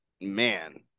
man